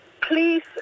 please